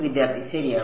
വിദ്യാർത്ഥി ശരിയാണ്